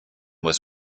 was